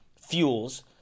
fuels